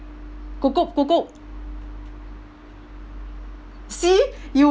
kukup kukup see you